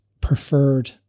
preferred